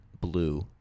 blue